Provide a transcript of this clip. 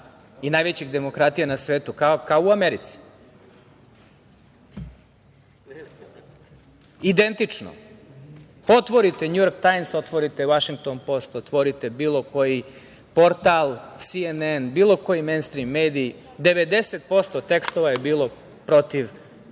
i najvećih demokratija na svetu, kao u Americi. Identično. Otvorite „Njujork tajms“, otvorite „Vašington post“, otvorite bilo koji portal Si-En-En bilo koji mejnstrim medij, 90% tekstova je bilo protiv